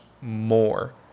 more